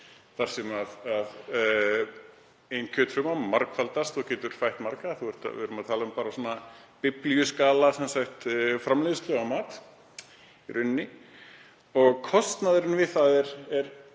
þar sem ein kjötfruma margfaldast og getur fætt marga, við erum að tala um biblíuskalaframleiðslu á mat í rauninni. Kostnaðurinn við það er